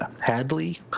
hadley